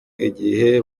igihe